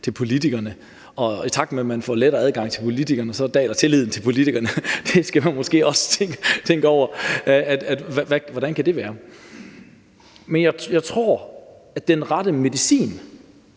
til politikerne, og i takt med at man får lettere adgang til politikerne, daler tilliden til politikerne, og man skal måske over tænke over, hvordan det kan være. Jeg tror, at den rette medicin